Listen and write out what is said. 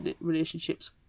relationships